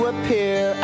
appear